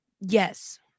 Yes